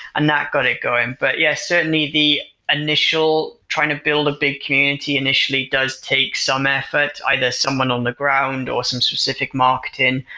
and that got it going. but yeah, certainly the initial trying to build a big community initially does take some effort, either someone on the ground, or some specific marketing.